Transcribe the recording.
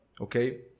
okay